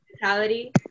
mentality